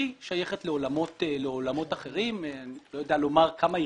שהיא שייכת לעולמות אחרים אני לא יודע לומר כמה היא